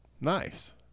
Nice